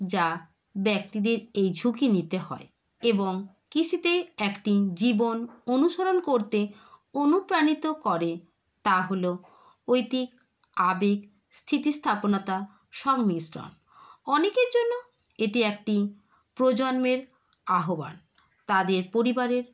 যা ব্যক্তিদের এই ঝুঁকি নিতে হয় এবং কৃষিতে একদিন জীবন অনুসরণ করতে অনুপ্রাণিত করে তা হল ওইটির আবেগ স্থিতিস্থাপনতা সংমিশ্রণ অনেকের জন্য এটি একটি প্রজন্মের আহ্বান তাদের পরিবারের